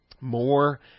More